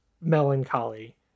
melancholy